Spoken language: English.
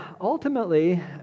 ultimately